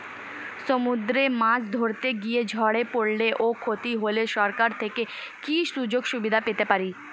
সমুদ্রে মাছ ধরতে গিয়ে ঝড়ে পরলে ও ক্ষতি হলে সরকার থেকে কি সুযোগ সুবিধা পেতে পারি?